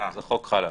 אז החוק חל עליו.